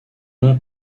nom